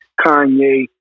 Kanye